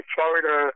Florida